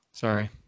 Sorry